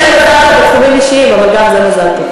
מזל טוב.